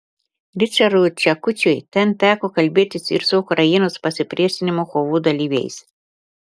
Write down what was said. ričardui čekučiui ten teko kalbėtis ir su ukrainos pasipriešinimo kovų dalyviais